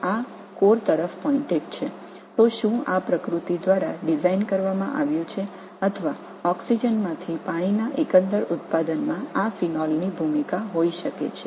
எனவே இது இயற்கையில் வடிவமைக்கப்பட்டதா அல்லது நீர் உற்பத்திக்கான ஒட்டுமொத்த ஆக்ஸிஜனில் இந்த பீனாலுக்கு ஒரு பங்கு இருக்கலாம்